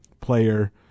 player